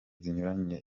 zinyuranye